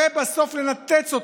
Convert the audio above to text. ובסוף לנתץ אותו.